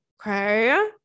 Okay